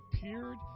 appeared